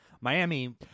Miami